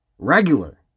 regular